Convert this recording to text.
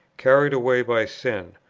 carried away by sin,